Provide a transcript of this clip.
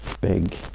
big